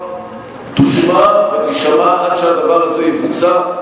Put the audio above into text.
תושמע ותישמע עד שהדבר הזה יבוצע.